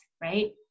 right